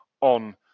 on